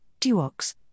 DUOX